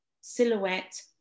silhouette